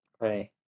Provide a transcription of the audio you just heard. Right